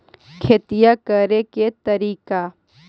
खेतिया करेके के तारिका?